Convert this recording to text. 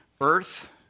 earth